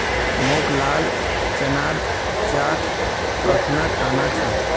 मोक लाल चनार चाट अखना खाना छ